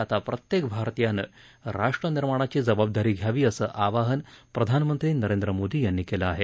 आता प्रत्येक भारतीयानं राष्ट्र निर्माणाची जाबाबदारी घ्यावी असं आवाहन प्रधानमंत्री नरेंद्र मोदी यांनी केलं आहे